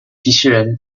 机器人